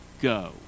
go